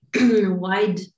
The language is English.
wide